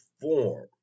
form